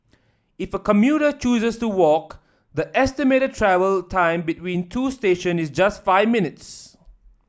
if a commuter chooses to walk the estimated travel time between two station is just five minutes